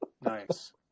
Nice